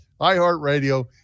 iHeartRadio